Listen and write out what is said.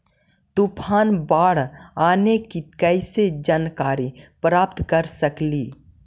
तूफान, बाढ़ आने की कैसे जानकारी प्राप्त कर सकेली?